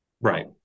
right